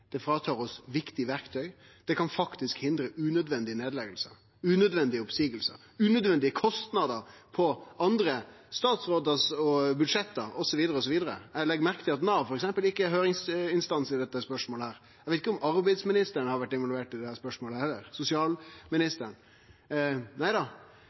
det tar frå oss viktige verktøy, det kan faktisk hindre unødvendige nedleggingar, unødvendige oppseiingar, unødvendige kostnader over budsjetta til andre statsrådar, osv. Eg legg merke til at f.eks. Nav ikkje er høyringsinstans i dette spørsmålet, og eg veit heller ikkje om arbeidsministeren eller sosialministeren har vore involverte i dette spørsmålet. Nei da,